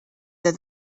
that